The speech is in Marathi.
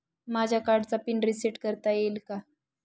माझ्या कार्डचा पिन रिसेट करता येईल का?